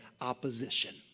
opposition